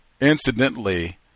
incidentally